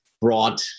brought